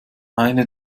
eine